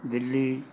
Delhi